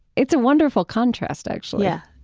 it's a wonderful contrast, actually yeah,